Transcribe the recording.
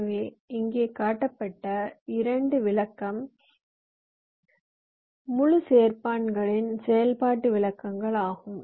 எனவே இங்கே காட்டப்பட்ட 2 விளக்கம் முழு சேர்ப்பான்களின் செயல்பாட்டு விளக்கங்கள் ஆகும்